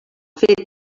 fet